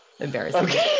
Embarrassing